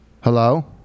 Hello